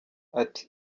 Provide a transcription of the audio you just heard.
ati